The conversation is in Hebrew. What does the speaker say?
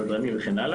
לקבוע.